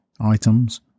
items